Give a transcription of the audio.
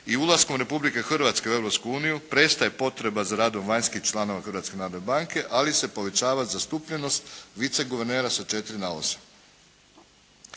i ulaskom Republike Hrvatske u Europsku uniju prestaje potreba za radom vanjskih članova Hrvatske narodne banke, ali se povećava zastupljenost viceguvernera sa četiri